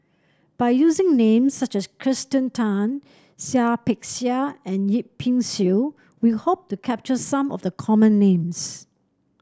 by using names such as Kirsten Tan Seah Peck Seah and Yip Pin Xiu we hope to capture some of the common names